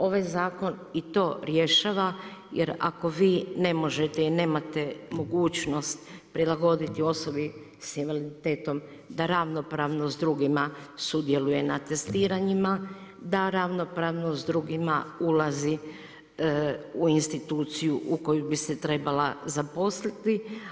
Ovaj zakon i to rješava, jer ako vi ne možete i nemate mogućnost, prilagoditi osobi s invaliditetom, da ravnopravno s drugima sudjeluje na testiranjima, da ravnopravno s drugima ulazi u instituciju u koju bi se trebala zaposliti.